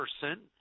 person